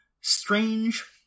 strange